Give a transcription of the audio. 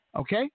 okay